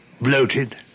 Bloated